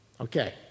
Okay